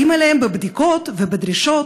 באים אליהן בבדיקות ובדרישות,